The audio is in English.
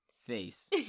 face